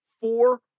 four